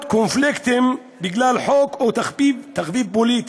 קונפליקטים בגלל חוק או תחביב פוליטי.